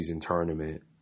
tournament